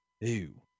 ew